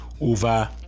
over